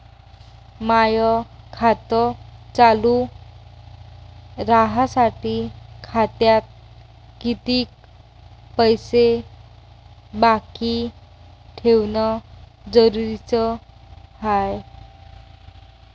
माय खातं चालू राहासाठी खात्यात कितीक पैसे बाकी ठेवणं जरुरीच हाय?